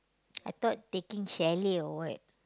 I thought taking chalet or what